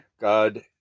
God